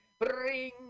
Bring